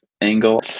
angle